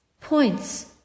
points